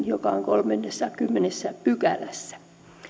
joka on kolmannessakymmenennessä pykälässä